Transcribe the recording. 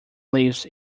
lives